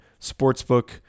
sportsbook